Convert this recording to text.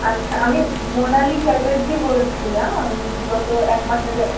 আচ্ছা আমি মোনালি চ্যাটার্জি বলছিলাম আমি বিগত এক মাস আগে